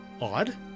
odd